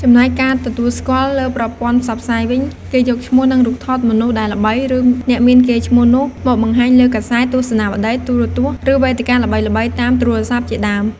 ចំណែកការទទួលស្គាល់លើប្រព័ន្ធផ្សព្វផ្សាយវិញ គេយកឈ្មោះ និងរូបថតមនុស្សដែលល្បី ឬ អ្នកមានកេរ្តិ៍ឈ្មោះនោះមកបង្ហាញលើកាសែត ទស្សនាវដ្តី ទូរទស្សន៍ ឬ វេទិកាល្បីៗតាមទូរស័ព្ទជាដើម។